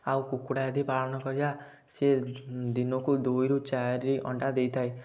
ଆଉ କୁକୁଡ଼ା ଯଦି ପାଳନ କରିବା ସିଏ ଦିନକୁ ଦୁଇରୁ ଚାରି ଅଣ୍ଡା ଦେଇଥାଏ